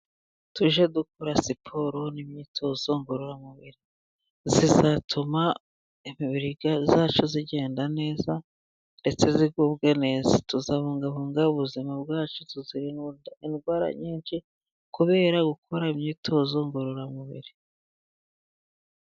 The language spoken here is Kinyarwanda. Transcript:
Tujye dukora siporo n'imyitozo ngororamubiri, zizatuma imibiri yacu igenda neza, ndetse zigubwe neza, tuzabungabunga ubuzima bwacu tuyirinde indwara nyinshi, kubera gukora imyitozo ngororamubiri.